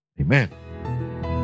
Amen